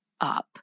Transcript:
up